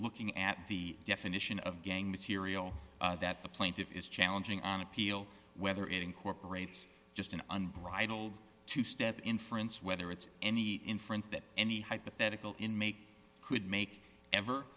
looking at the definition of gang material that the plaintiff is challenging on appeal whether it incorporates just an unbridled two step in france whether it's any inference that any hypothetical in make could make ever